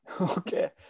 Okay